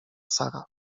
sara